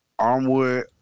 Armwood